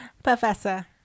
Professor